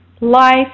life